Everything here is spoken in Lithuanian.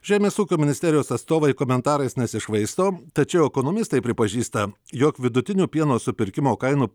žemės ūkio ministerijos atstovai komentarais nesišvaisto tačiau ekonomistai pripažįsta jog vidutinių pieno supirkimo kainų